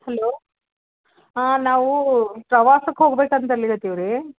hello ಹಾಂ ನಾವೂ ಪ್ರವಾಸಕ್ಕೆ ಹೊಗ್ಬೇಕು ಅಂತ ಅಲ್ಲಿಗೆ ಹತ್ತೀವಿ ರೀ